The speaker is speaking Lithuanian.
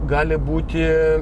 gali būti